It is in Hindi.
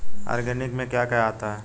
ऑर्गेनिक में क्या क्या आता है?